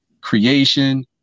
creation